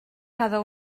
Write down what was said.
cada